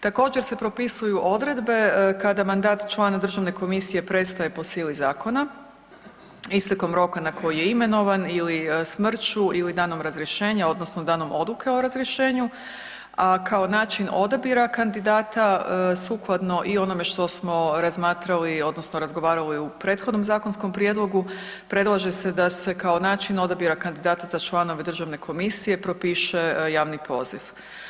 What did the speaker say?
Također se propisuju odredbe kada mandat člana državne komisije prestaje po sili zakona istekom roka na koji je imenovan ili smrću ili danom razrješenja odnosno danom odluke o razrješenju, a kao način odabira kandidata sukladno i onome što smo razmatrali odnosno razgovarali u prethodnom zakonskom prijedlogu predlaže se da se kao način odabira kandidata za članove državne komisije propiše javni poziv.